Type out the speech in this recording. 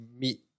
meet